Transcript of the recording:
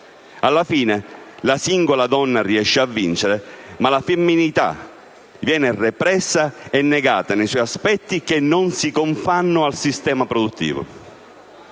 Alla fine la singola donna riesce a vincere, ma la femminilità viene repressa e negata nei suoi aspetti che non si confanno al sistema produttivo.